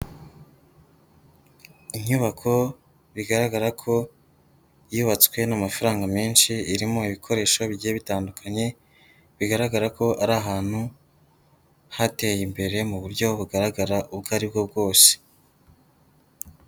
Inyubako bigaragara ko yubatswe n'amafaranga menshi, irimo ibikoresho bigiye bitandukanye bigaragara ko ari ahantu hateye imbere mu buryo bugaragara ubwo aribwo bwose.